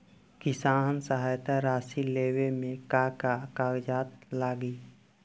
किसान सहायता राशि लेवे में का का कागजात लागी?